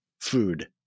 food